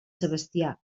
sebastià